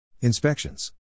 Inspections